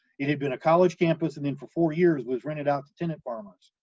it had been a college campus and then for four years was rented out to tenant farmers,